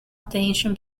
attention